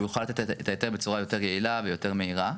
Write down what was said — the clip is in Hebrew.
יוכל לתת את ההיתר בצורה יותר יעילה ויותר מהירה,